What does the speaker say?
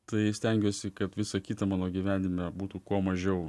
tai stengiuosi kad visa kita mano gyvenime būtų kuo mažiau